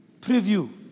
preview